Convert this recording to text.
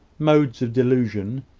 modes of delusion,